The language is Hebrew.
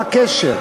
מה הקשר?